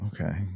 Okay